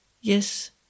Yes